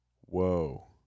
Whoa